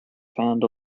found